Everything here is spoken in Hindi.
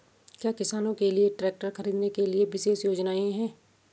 क्या किसानों के लिए ट्रैक्टर खरीदने के लिए विशेष योजनाएं हैं?